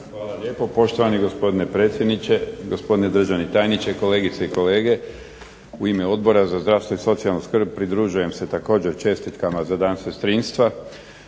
Hvala lijepo poštovani gospodine predsjedniče, gospodine državni tajniče, kolegice i kolege. U ime Odbora za zdravstvo i socijalnu skrb pridružujem se također čestitkama za Dan sestrinstva